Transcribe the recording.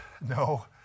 No